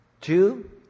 two